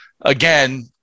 again